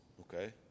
okay